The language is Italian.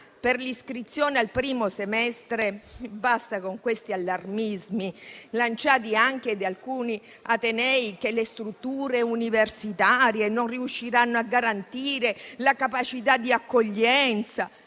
per l'iscrizione al primo semestre, basta con questi allarmismi lanciati anche da alcuni atenei secondo cui le strutture universitarie non riusciranno a garantire la capacità di accoglienza.